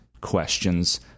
questions